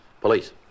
Police